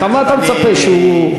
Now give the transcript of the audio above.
מה אתה מצפה שהוא,